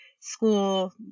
school